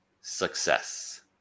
success